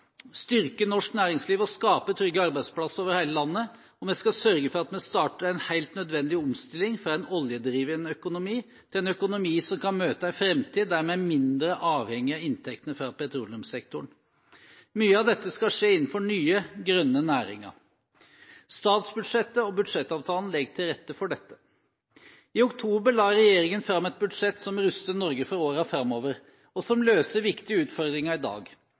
styrke norsk næringsliv og skape trygge arbeidsplasser over hele landet, og vi skal sørge for at vi starter en helt nødvendig omstilling, fra en oljedrevet økonomi til en økonomi som kan møte en framtid der vi er mindre avhengige av inntektene fra petroleumssektoren. Mye av dette skal skje innenfor nye, grønne næringer. Statsbudsjettet og budsjettavtalen legger til rette for dette. I oktober la regjeringen fram et budsjett som ruster Norge for årene framover, og som løser viktige utfordringer i dag.